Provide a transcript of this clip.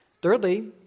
Thirdly